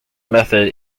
method